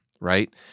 right